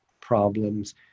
problems